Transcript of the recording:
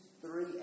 three